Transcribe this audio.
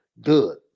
good